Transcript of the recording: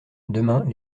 demain